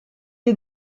est